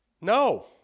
No